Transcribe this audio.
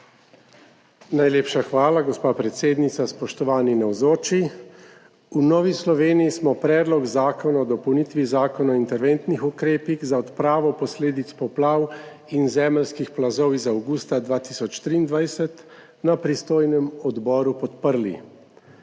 Najlepša hvala, gospa predsednica. Spoštovani navzoči. V Novi Sloveniji smo Predlog zakona o dopolnitvi Zakona o interventnih ukrepih za odpravo posledic poplav in zemeljskih plazov iz avgusta 2023 na pristojnem odboru podprli.